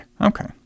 Okay